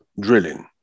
drilling